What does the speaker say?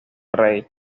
rey